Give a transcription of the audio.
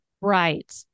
Right